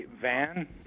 van